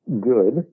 good